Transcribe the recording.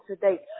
today